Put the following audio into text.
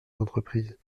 d’entreprise